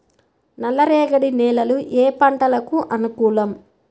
నల్లరేగడి నేలలు ఏ పంటలకు అనుకూలం?